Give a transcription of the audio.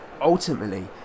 ultimately